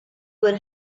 would